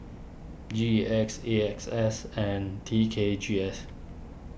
G E X A X S and T K G S